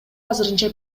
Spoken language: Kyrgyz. азырынча